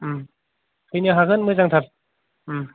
औ फैनो हागोन मोजांथार औ